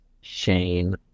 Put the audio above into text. Shane